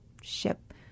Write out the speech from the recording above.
ship